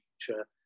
Future